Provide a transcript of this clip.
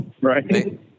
Right